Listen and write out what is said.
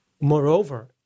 moreover